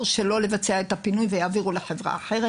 שלא לבצע את הפינוי ויעבירו לחברה אחרת.